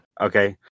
Okay